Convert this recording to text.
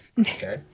Okay